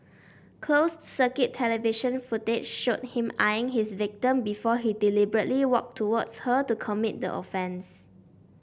closed circuit television footage showed him eyeing his victim before he deliberately walk towards her to commit the offence